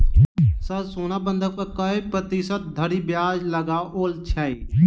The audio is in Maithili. सर सोना बंधक पर कऽ प्रतिशत धरि ब्याज लगाओल छैय?